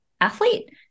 athlete